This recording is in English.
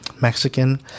Mexican